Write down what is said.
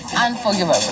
Unforgivable